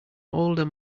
older